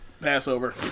Passover